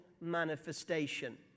manifestation